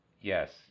yes